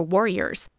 Warriors